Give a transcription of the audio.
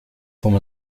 vom